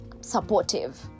supportive